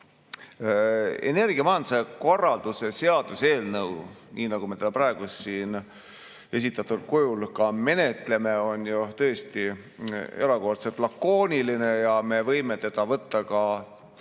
Energiamajanduse korralduse seaduse eelnõu, nii nagu me teda praegu siin esitatud kujul menetleme, on ju tõesti erakordselt lakooniline ja me võime teda võtta kui